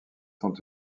sont